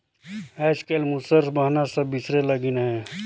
आएज काएल मूसर बहना सब बिसरे लगिन अहे